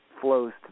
flows